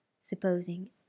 supposing